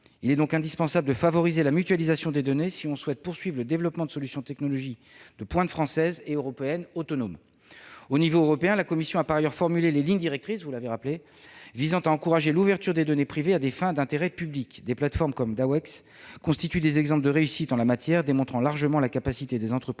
Il est donc indispensable de favoriser la mutualisation des données, si l'on veut poursuivre le développement de solutions technologiques de pointe françaises et européennes autonomes. À l'échelon européen, la Commission a établi les lignes directrices visant à encourager l'ouverture des données privées à des fins d'intérêt public. Des plateformes comme Dawex constituent des exemples de réussite en la matière, démontrant largement la capacité des entreprises